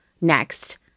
Next